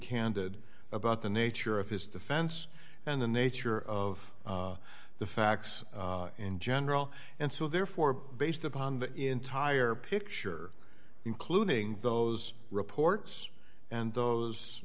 candid about the nature of his defense and the nature of the facts in general and so they're for based upon the entire picture including those reports and those